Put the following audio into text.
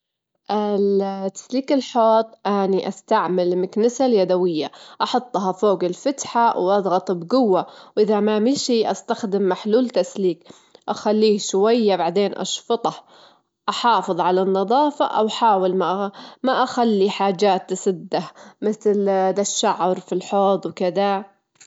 أحب أسمع أنواع مختلفة من الموسيقى، ما أحب أكون محصورة بنوع واحد، ممكن حسب مزاجي، أحيانًا أسمع كلاسيكيات، في مرات أكون في حالة هادية ومستانسة، وفي اوجات تانية أحب الموسيقى الحماسية للرجص.